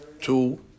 two